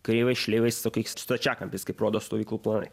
kreivais šleivais tokiais stačiakampiais kaip rodo stovyklų planai